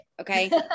okay